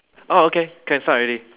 orh okay can start already